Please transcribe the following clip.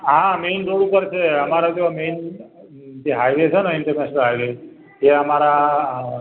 હા main road ઉપર છે અમારે જે મેઇન જે હાઇવે છે ને ઇન્ટરનેશનલ હાઇવે તે અમારા